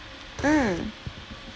mm